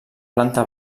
planta